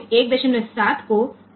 7 ભાંગ્યા 470 શોધી શકીએ છીએ